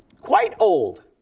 quite old.